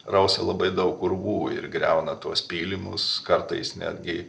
rausia labai daug urvų ir griauna tuos pylimus kartais netgi